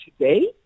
today